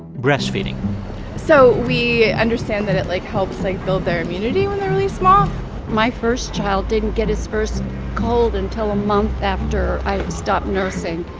breastfeeding so we understand that it, like, helps, like, build their immunity when they're really small my first child didn't get his first cold until a month after i stopped nursing,